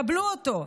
קבלו אותו.